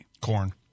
Corn